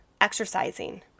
exercising